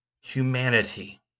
humanity